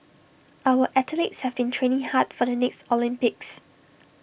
our athletes have been training hard for the next Olympics